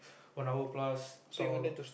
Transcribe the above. one hour plus talk